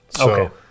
Okay